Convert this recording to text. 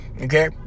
Okay